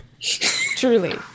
Truly